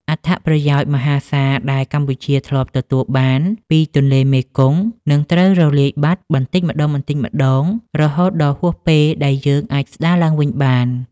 អត្ថប្រយោជន៍មហាសាលដែលកម្ពុជាធ្លាប់ទទួលបានពីទន្លេមេគង្គ នឹងត្រូវរលាយបាត់បន្តិចម្ដងៗ រហូតដល់ហួសពេលដែលយើងអាចស្ដារឡើងវិញបាន។